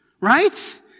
Right